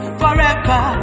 forever